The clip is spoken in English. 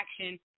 action